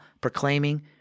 proclaiming